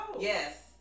Yes